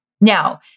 Now